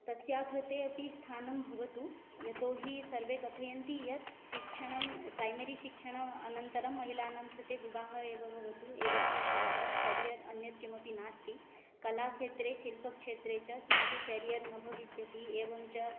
तस्याः कृते अपि स्थानं भवतु यतो हि सर्वे कथयन्ति यत् शिक्षणं प्रैमरि शिक्षणानन्तरं महिलानां कृते विवाहः एव भवतु एवं च तत्र केरियर् अन्यत् किमपि नास्ति कलाक्षेत्रे शिल्पक्षेत्रे च किमपि केरियर् न भविष्यति एवं च